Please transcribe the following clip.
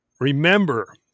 Remember